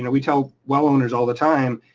and we tell well owners all the time,